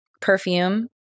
perfume